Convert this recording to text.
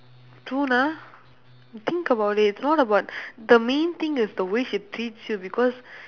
true lah you think about it it's not about the main thing is the way she treats you because